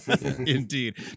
indeed